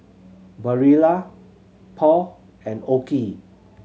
Barilla Paul and OKI